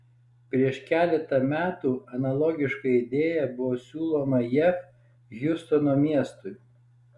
prieš keletą metų analogiška idėja buvo siūloma jav hjustono miestui